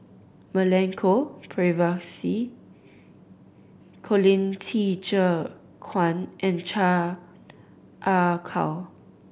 Milenko Prvacki Colin Qi Zhe Quan and Chan Ah Kow